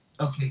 Okay